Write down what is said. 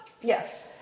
yes